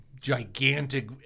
gigantic